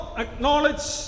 acknowledge